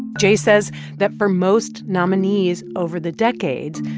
geyh says that for most nominees over the decades,